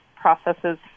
processes